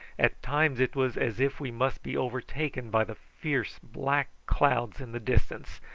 at times it was as if we must be overtaken by the fierce black clouds in the distance,